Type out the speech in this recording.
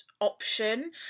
option